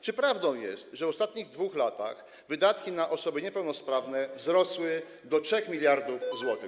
Czy prawdą jest, że w ostatnich 2 latach wydatki na osoby niepełnosprawne wzrosły do 3 mld zł?